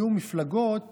יהיו מפלגות